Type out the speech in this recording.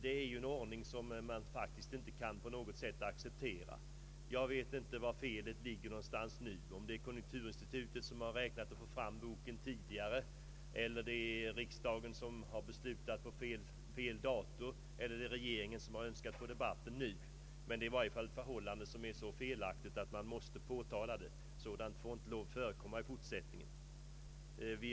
Det är en ordning som inte kan accepteras. Jag vet inte vem som har felat, om konjunkturinstitutet har räknat med att få fram boken tidigare, om riksdagen har valt fel datum eller om regeringen har önskat att få debatten nu. Det är under alla förhållanden en så felaktig ordning att den måste påtalas. Sådant får inte lov att förekomma i fortsättningen.